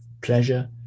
pleasure